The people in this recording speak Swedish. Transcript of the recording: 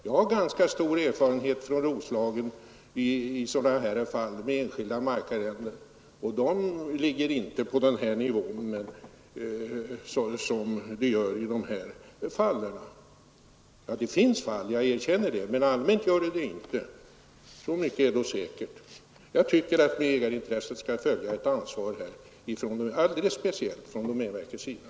Jag har ganska stor erfarenhet av sådana här fall i Roslagen där enskilda markarrenden höjs, men höjningarna har inte varit så stora som de är i det fall vi nu diskuterar. Det har förekommit mycket stora höjningar — det erkänner jag — men i allmänhet har höjningarna som sagt varit betydligt mindre. Jag anser att med ägarintresse skall följa ett ansvar från domänverkets sida.